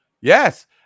Yes